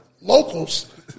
locals